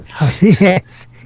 Yes